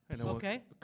Okay